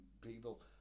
people